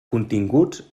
continguts